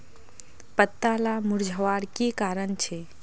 पत्ताला मुरझ्वार की कारण छे?